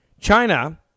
China